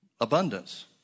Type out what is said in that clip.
abundance